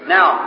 Now